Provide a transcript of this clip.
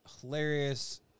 hilarious